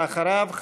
ואחריו,